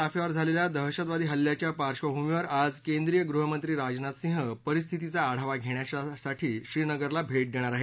ताफ्यावर झालेल्या दहशतवादी हल्ल्याच्या पार्श्वभूमीवर आज केंद्रीय गृहमंत्री राजनाथ सिंह परिस्थितीचा आढावा घेण्यासाठी श्रीनगरला भेट देणार आहेत